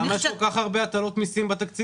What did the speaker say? אז למה כל כך הרבה הטלות מיסים בתקציב?